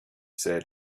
said